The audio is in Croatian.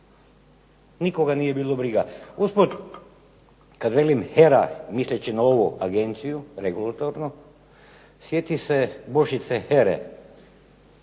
Nikoga nije bilo briga. Usput kad velim HERA misleći na ovu agenciju regulatornu sjetih se božice Here.